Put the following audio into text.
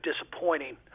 disappointing